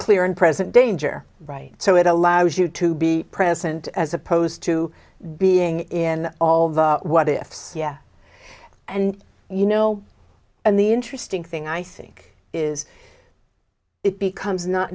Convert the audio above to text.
clear and present danger right so it allows you to be present as opposed to being in all the what ifs and you know and the interesting thing i think is it becomes not